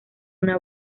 una